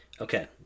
Okay